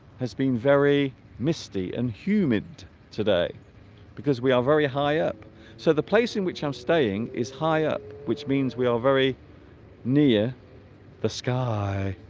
has been very misty and humid today because we are very high up so the place in which i'm staying is high up which means we are very near the sky